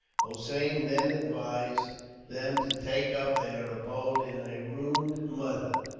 hossein then advised them to take up their abode in a ruined mud hut,